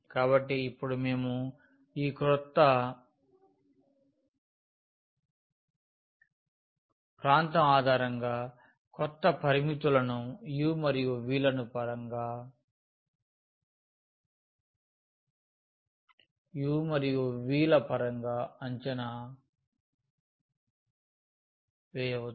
కాబట్టి ఇప్పుడు మేము ఈ క్రొత్త ప్రాంతం ఆధారంగా కొత్త పరిమితులను u మరియు v పరంగా అంచనా వేయవచ్చు